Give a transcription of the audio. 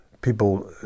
people